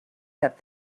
that